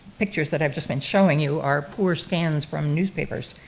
pictures that i've just been showing you are, were scans from newspapers.